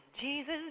Jesus